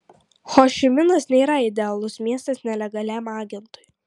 hošiminas nėra idealus miestas nelegaliam agentui